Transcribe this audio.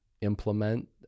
implement